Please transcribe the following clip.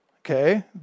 okay